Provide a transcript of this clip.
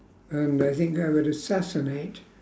and I think I would assassinate